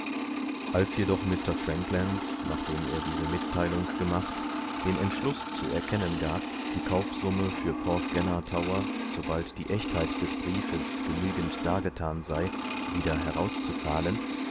als jedoch mr frankland nachdem er diese mitteilung gemacht den entschluß zu erkennen gab die kaufsumme für porthgenna tower sobald die echtheit des briefes genügend dargetan sei wieder herauszuzahlen